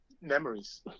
memories